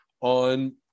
on